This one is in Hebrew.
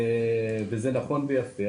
וזה נכון ויפה.